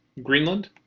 greenland.